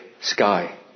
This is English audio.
sky